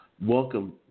Welcome